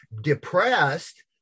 depressed